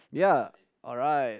ya alright